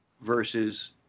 versus